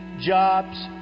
jobs